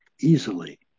easily